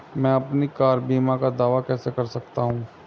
मैं अपनी कार बीमा का दावा कैसे कर सकता हूं?